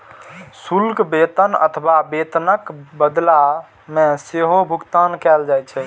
शुल्क वेतन अथवा वेतनक बदला मे सेहो भुगतान कैल जाइ छै